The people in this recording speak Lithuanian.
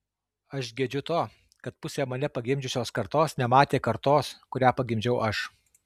aš gedžiu to kad pusė mane pagimdžiusios kartos nematė kartos kurią pagimdžiau aš